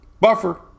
Buffer